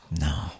No